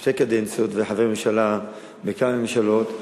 בשתי קדנציות וחבר ממשלה בכמה ממשלות,